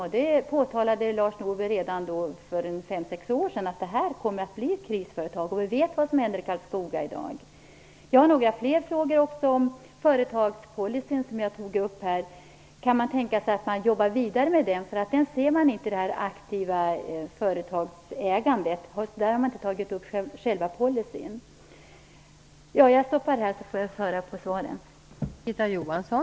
Lars Norberg påtalade redan för fem, sex år sedan att detta kommer att bli ett krisföretag. Vi vet vad som händer i Karlskoga i dag. Jag har också några frågor om företagspolicyn, som jag tog upp tidigare. Kan man tänka sig att man jobbar vidare med den? Man ser nämligen inte det aktiva företagsägandet. Man har inte tagit upp själva policyn. Jag stannar här för att lyssna på svaren.